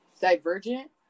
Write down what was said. Divergent